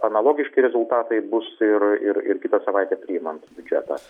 analogiški rezultatai bus ir ir ir kitą savaitę priimant biudžetą